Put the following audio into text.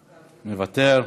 מוותר,